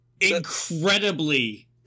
incredibly